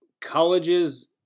colleges